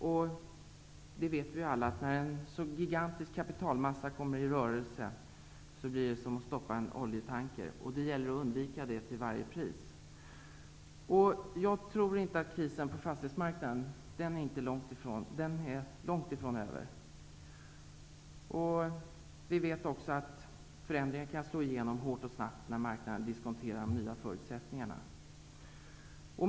Vi vet ju alla att när en så gigantisk kapitalmassa kommer i rörelse, blir det som att försöka stoppa en oljetanker. Det gäller att till varje pris undvika en sådan situation. Jag tror att krisen på fastighetsmarknaden långt ifrån är över. Vi vet också att förändringar kan slå igenom hårt och snabbt när marknaden diskonterar de nya förutsättningarna.